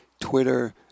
Twitter